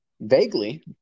vaguely